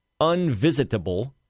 unvisitable